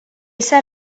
set